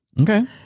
Okay